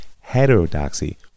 heterodoxy